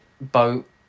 boat